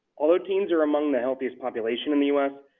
although teens are among the healthiest population in the us,